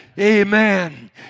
Amen